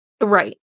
right